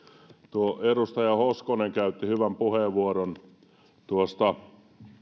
edustaja hoskonen käytti hyvän puheenvuoron